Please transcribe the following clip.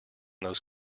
those